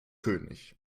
könig